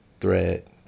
thread